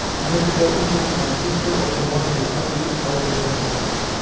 i had to go either to my sister or to one of the ugly elder princesses.